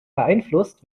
beeinflusst